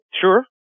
sure